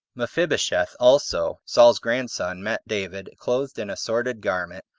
mephibosheth also, saul's grandson, met david, clothed in a sordid garment,